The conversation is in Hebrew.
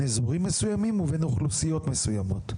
אזורים מסוימים ובין אוכלוסיות מסוימות?